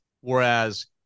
whereas